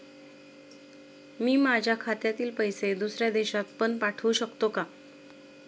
मी माझ्या खात्यातील पैसे दुसऱ्या देशात पण पाठवू शकतो का?